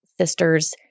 sister's